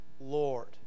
Lord